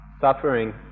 suffering